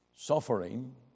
Suffering